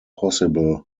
possible